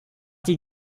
die